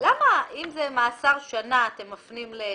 למה אתם מפנים ל-א61(א)(4)